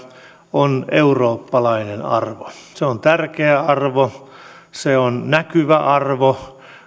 on eurooppalainen arvo se on tärkeä arvo se on näkyvä arvo